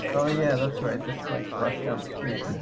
oh yeah, that's right, this like rush down the street